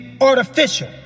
artificial